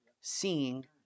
Seeing